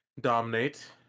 dominate